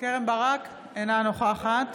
אינה נוכחת